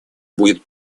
будет